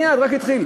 מייד, רק התחיל.